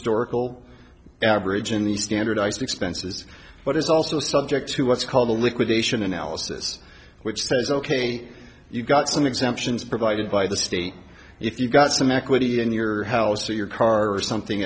storable average in the standardized expenses but is also subject to what's called a liquidation analysis which says ok you've got some exemptions provided by the state if you've got some equity in your house or your car or something